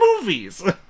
movies